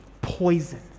poison